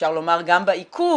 אפשר לומר גם בעיכוב,